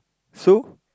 so